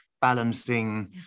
balancing